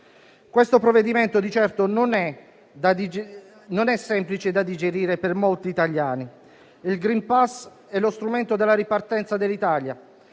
Il provvedimento in esame di certo non è semplice da digerire per molti italiani: il *green pass* è lo strumento della ripartenza dell'Italia.